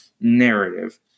narrative